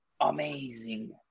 amazing